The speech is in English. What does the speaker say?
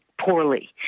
poorly